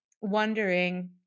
wondering